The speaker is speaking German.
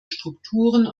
strukturen